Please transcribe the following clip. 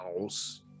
house